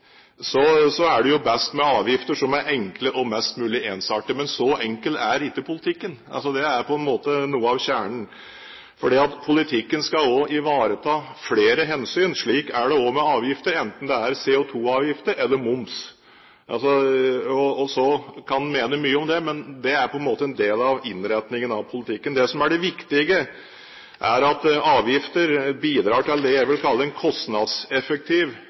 så enkel er ikke politikken; det er på en måte noe av kjernen. For politikken skal også ivareta flere hensyn. Slik er det også med avgifter, enten det er CO2-avgifter eller moms. Så kan en mene mye om det, men det er på en måte en del av innretningen på politikken. Det som er det viktige, er at avgifter bidrar til det jeg vil kalle en kostnadseffektiv